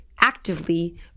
actively